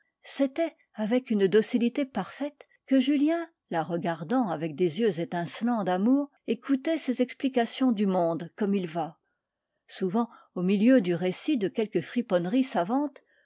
c'était avec une docilité parfaite que julien la regardant avec des yeux étincelants d'amour écoutait ses explications du monde comme il va souvent au milieu du récit de quelque friponnerie savante